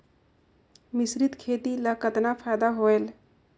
मिश्रीत खेती ल कतना फायदा होयल?